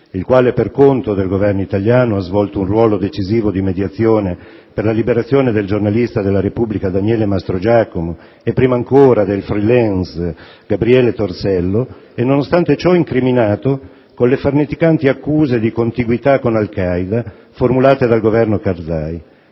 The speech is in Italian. il quale per conto del Governo italiano ha svolto un ruolo decisivo di mediazione per la liberazione del giornalista de «la Repubblica» Daniele Mastrogiacomo e, prima ancora, del *freelance* Gabriele Torsello e, nonostante ciò, incriminato con le farneticanti accuse di «contiguità con Al Qaeda» formulate dal Governo Karzai,